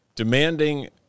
Demanding